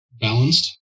balanced